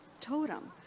totem